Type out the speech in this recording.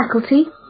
Faculty